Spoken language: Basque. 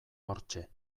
hortxe